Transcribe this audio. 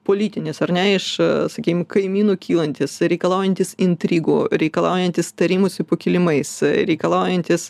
politinis ar ne iš sakykim kaimynų kylantys reikalaujantys intrigų reikalaujantys tarimosi po kilimais reikalaujantys